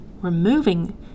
removing